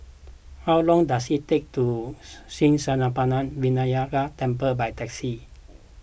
how long does it take to Sri Senpaga Vinayagar Temple by taxi